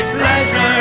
pleasure